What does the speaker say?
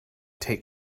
take